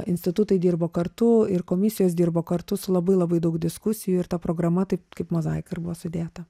institutai dirbo kartu ir komisijos dirbo kartu su labai labai daug diskusijų ir ta programa taip kaip mozaika ir buvo sudėta